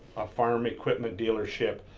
a farm equipment dealership,